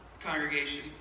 congregation